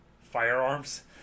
firearms